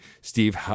Steve